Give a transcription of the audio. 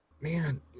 Man